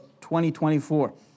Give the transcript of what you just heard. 2024